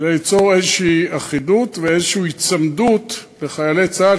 כדי ליצור אחידות כלשהי והיצמדות כלשהי לחיילי צה"ל,